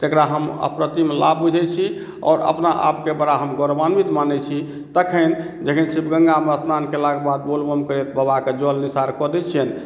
जेकरा हम अप्रतिम लाभ बुझै छी आओर अपना आपके बड़ा हम गौरवान्वित मानै छी तखन जखन शिवगंगा मे स्नान केला के बाद बोलबम करैत बाबा के जल निसारक दै छियनि